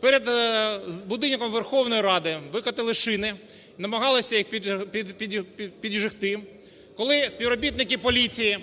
Перед будинком Верховної Ради викотили шини, намагалися їхпіджогти. Коли співробітники поліції